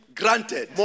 granted